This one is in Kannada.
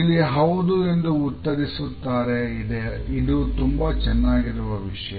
ಇಲ್ಲಿ ಹೌದು ಎಂದು ಉತ್ತರಿಸುತ್ತಾರೆ ಇದು ತುಂಬಾ ಚೆನ್ನಾಗಿರುವ ವಿಷಯ